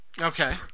Okay